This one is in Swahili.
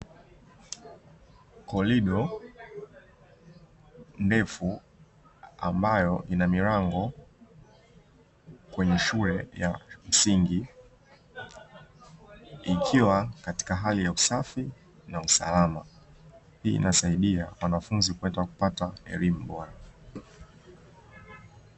Korido ndefu ambayo ina milango kwenye shule ya msingi ikiwa katika hali ya usafi na salama, hii inasaidia wanafunzi kuweza kupata elimu bora.